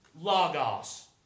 logos